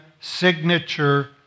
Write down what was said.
signature